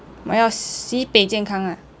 我要四倍健康 ah